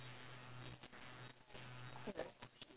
alright